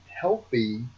healthy